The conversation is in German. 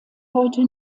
heute